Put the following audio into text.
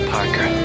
Parker